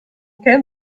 kämen